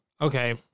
Okay